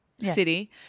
city